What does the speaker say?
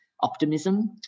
optimism